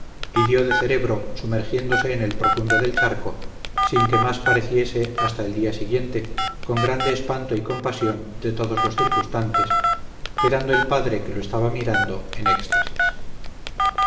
y dió de cerebro sumergiéndose en el profundo del charco sin que mas pareciese hasta el día siguiente con grande espanto y compasión de todos los circunstantes quedando el padre que lo estaba mirando en éxtasis